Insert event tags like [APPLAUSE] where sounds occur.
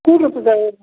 କୁ [UNINTELLIGIBLE]